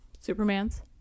Superman's